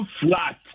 flat